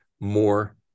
more